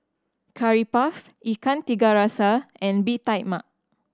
Curry Puff Ikan Tiga Rasa and Bee Tai Mak